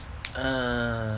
err